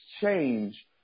change